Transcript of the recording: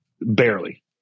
barely